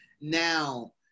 now